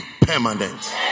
permanent